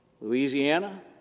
Louisiana